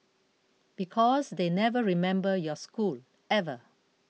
because they never remember your school ever